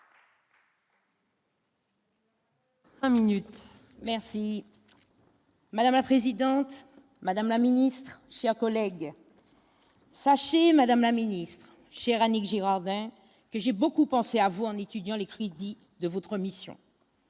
Madame la présidente, madame la Ministre, chers collègues. Sachez, Madame la Ministre, chère Annick Girardin, que j'ai beaucoup pensé à vous, en étudiant les crédits de votre mission.